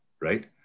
Right